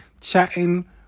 chatting